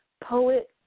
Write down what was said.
poet